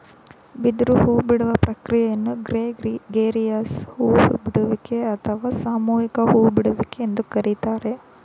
ಬಿದಿರು ಹೂಬಿಡುವ ಪ್ರಕ್ರಿಯೆಯನ್ನು ಗ್ರೆಗೇರಿಯಸ್ ಹೂ ಬಿಡುವಿಕೆ ಅಥವಾ ಸಾಮೂಹಿಕ ಹೂ ಬಿಡುವಿಕೆ ಎಂದು ಕರಿತಾರೆ